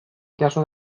jaso